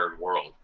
world